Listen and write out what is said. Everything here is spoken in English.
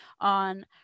on